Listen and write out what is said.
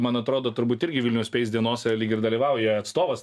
man atrodo turbūt irgi vilnius space dienose lyg ir dalyvauja atstovas